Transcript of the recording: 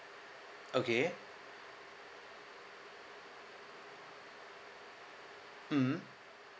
okay mmhmm